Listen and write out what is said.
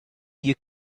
you